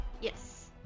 Yes